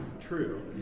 true